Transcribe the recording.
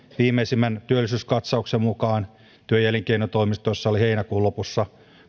viimeisimmän työllisyyskatsauksen mukaan työ ja elinkeinotoimistoissa oli heinäkuun lopussa